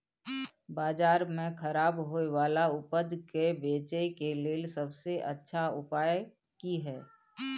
बाजार में खराब होय वाला उपज के बेचय के लेल सबसे अच्छा उपाय की हय?